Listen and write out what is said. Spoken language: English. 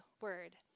word